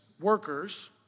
workers